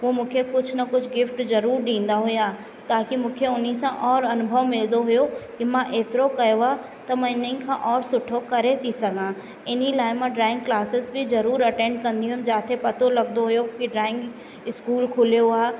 पोइ मूंखे कुझु न कुझु गिफ्ट ज़रूर ॾींदा हुआ ताकी मूंखे हुन सां और अनुभव मिलंदो हुओ कि मां एतिरो कयो आहे त मां हिन खां और सुठो करे थी सघां हिन लाइ मां ड्राइंग क्लासिस बि ज़रूर अटैंड कंदी हुअमि जिते पतो लॻंदो हुओ कि ड्राइंग इस्कूल खुलियो आहे